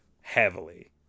heavily